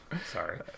sorry